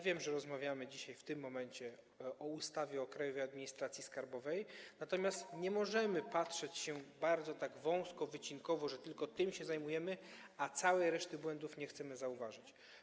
Wiem, że rozmawiamy dzisiaj, w tym momencie, o ustawie o Krajowej Administracji Skarbowej, natomiast nie możemy patrzeć tak bardzo wąsko, wycinkowo: tylko tym się zajmujemy, a całej reszty błędów nie chcemy zauważać.